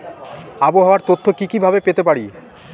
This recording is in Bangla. আবহাওয়ার তথ্য কি কি ভাবে পেতে পারি?